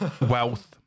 wealth